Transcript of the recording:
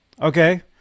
okay